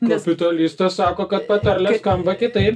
kapitanistas sako kad patarlė skamba kitaip